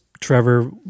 Trevor